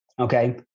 Okay